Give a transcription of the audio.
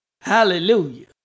Hallelujah